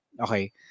Okay